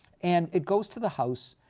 and it goes to the house,